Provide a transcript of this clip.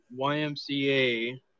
YMCA